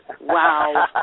Wow